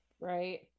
Right